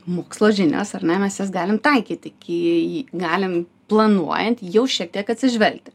mokslo žinios ar ne mes jas galim taikyti į galim planuojant jau šiek tiek atsižvelgti